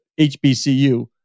HBCU